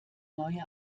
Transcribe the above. neue